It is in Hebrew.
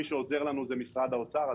מי שעוזר לנו זה משרד האוצר.